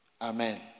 Amen